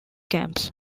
camps